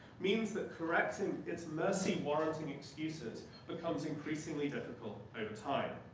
means that correcting its mercy warranting excuses becomes increasingly difficult over time.